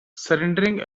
surrendering